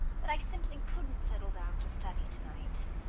but i simply couldn't settle down to study tonight.